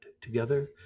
Together